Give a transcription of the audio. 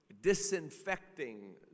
disinfecting